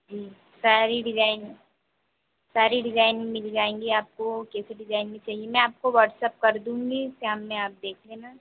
जी सारी डिजाइन सारी डिजाइन मिल जाएंगी आपको कैसी भी डिजाइन चाहिए मैं आपको व्हाटसप कर दूँगी शाम में आप देख लेना